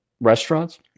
restaurants